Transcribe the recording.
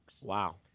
Wow